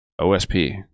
OSP